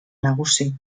nagusi